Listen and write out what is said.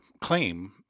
claim